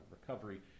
recovery